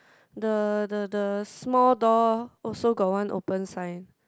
the the the small door also got one open sign